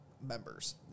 members